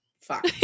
Fuck